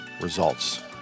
results